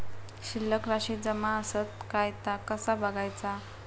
शिल्लक राशी जमा आसत काय ता कसा बगायचा?